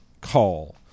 call